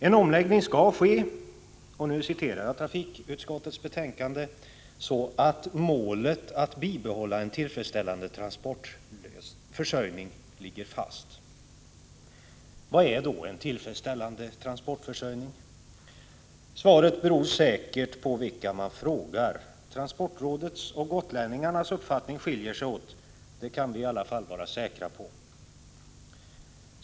En omläggning skall ske — och nu citerar jag trafikutskottets betänkande — så ”att målet att bibehålla en tillfredsställande transportförsörjning ligger fast”. Vad är då en ”tillfredsställande transportförsörjning”? Svaret beror säkert på vilka man frågar. Transportrådets och gotlänningarnas uppfattning skiljer sig åt, det kan vi i alla fall vara säkra på.